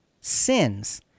sins